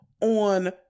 on